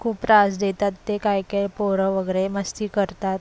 खूप त्रास देतात ते काही काही पोरं वगैरे मस्ती करतात